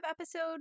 episode